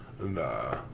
nah